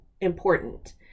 important